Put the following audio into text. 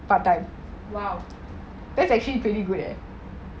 !wow!